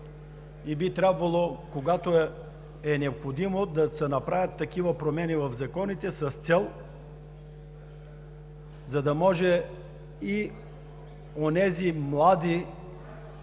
и би трябвало, когато е необходимо, да се направят такива промени в законите с цел, за да може и онези млади,